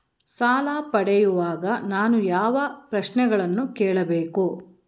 ಸಾಲ ಪಡೆಯುವಾಗ ನಾನು ಯಾವ ಪ್ರಶ್ನೆಗಳನ್ನು ಕೇಳಬೇಕು?